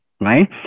right